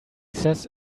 says